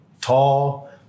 tall